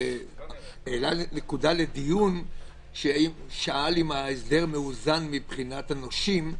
העלה נקודה לדיון כששאל האם ההסדר מאוזן מבחינת הנושים,